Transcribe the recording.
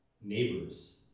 neighbors